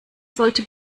sollte